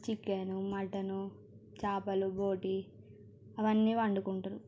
chicken mutton చేపలు బోటి అవన్నీ వండుకుంటారు